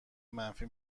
منفی